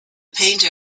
painter